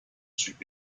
should